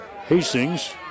Hastings